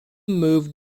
moved